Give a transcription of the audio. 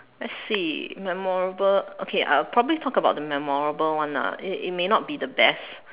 let's see memorable okay I'll probably talk about the memorable one lah it it may not be the best